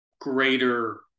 Greater